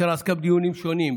אשר עסקה בדיונים שונים,